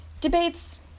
debates